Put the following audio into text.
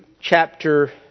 chapter